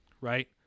right